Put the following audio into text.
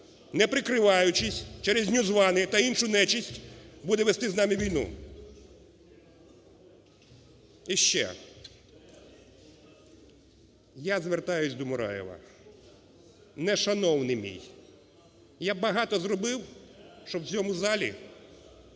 не прикриваючись черезNews One та іншу нечисть, буде вести з нами війну? І ще, я звертаюся до Мураєва. Не шановний мій, я багато зробив, щоб в цьому залі